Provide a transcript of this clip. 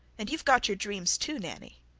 and you've got your dreams, too, nanny.